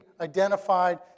identified